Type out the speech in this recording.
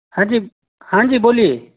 हाँ जी हाँ जी बोलिए